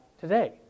today